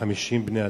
כ-50 בני-אדם.